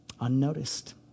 unnoticed